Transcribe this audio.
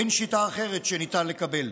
אין שיטה אחרת שניתן לקבל.